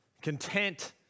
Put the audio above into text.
content